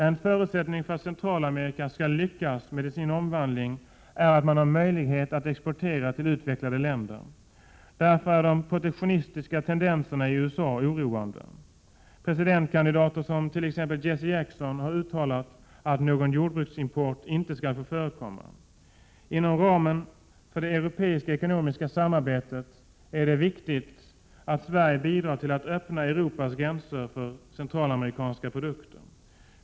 En förutsättning för att Centralamerika skall lyckas med sin omvandling är att man har möjlighet att exportera till utvecklade länder. Därför är de protektionistiska tendenserna i USA oroande. Presidentkandidaten Jesse Jackson hart.ex. uttalat att någon jordbruksimport inte skall få förekomma. Det är viktigt att Sverige inom ramen för det europeiska ekonomiska samarbetet bidrar till att öppna Europas gränser för centralamerikanska produkter.